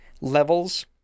levels